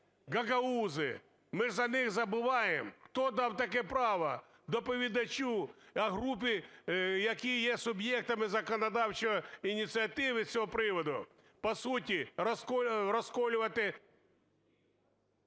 гагаузи. Ми ж за них забуваємо. Хто дав таке право доповідачу, групі, які є суб'єктами законодавчої ініціативи з цього приводу, по суті розколювати…